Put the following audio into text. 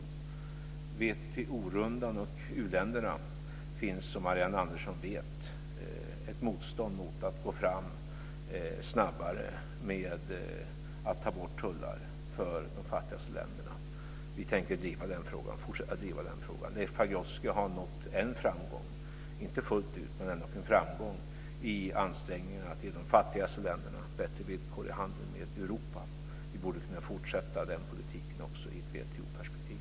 När de gäller WTO-rundan och u-länderna finns det, som Marianne Andersson vet, ett motstånd mot att gå fram snabbare med att ta bort tullar för de fattigaste länderna. Vi tänker fortsätta att driva den frågan. Leif Pagrotsky har nått en framgång - inte fullt ut, men ändock en framgång - i ansträngningarna för att ge de fattigaste länderna bättre villkor i handeln med Europa. Vi borde kunna fortsätta den politiken också i ett WTO-perspektiv.